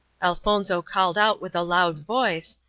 elfonzo called out with a loud voice,